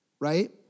right